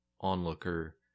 onlooker